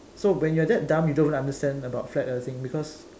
so when you're that dumb you don't even understand about flat earthing because